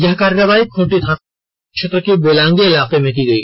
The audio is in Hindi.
यह कार्रवाई खूंटी थाना क्षेत्र के बेलांगी इलाके में की गयी